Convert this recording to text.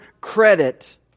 credit